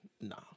Nah